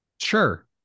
sure